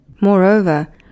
Moreover